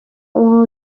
اونو